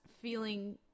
feeling